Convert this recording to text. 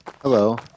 Hello